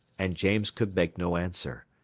and james could make no answer.